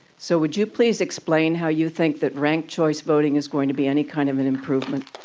so, would you please explain how you think that ranked choice voting is going to be any kind of an improvement?